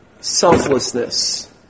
selflessness